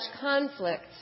conflict